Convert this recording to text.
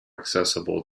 accessible